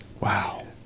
Wow